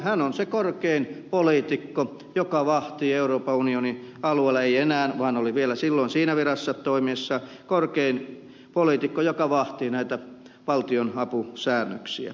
hän on se korkein poliitikko joka vahtii euroopan unionin alueella ei enää mutta oli vielä silloin siinä virassa toimiessaan korkein poliitikko joka vahti näitä valtionapusäännöksiä